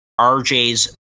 RJ's